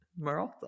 Marotta